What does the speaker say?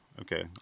Okay